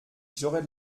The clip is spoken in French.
j’aurais